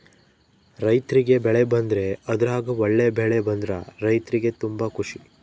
ರೈರ್ತಿಗೆ ಬೆಳೆ ಬಂದ್ರೆ ಅದ್ರಗ ಒಳ್ಳೆ ಬೆಳೆ ಬಂದ್ರ ರೈರ್ತಿಗೆ ತುಂಬಾ ಖುಷಿ